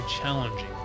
challenging